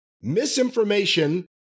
misinformation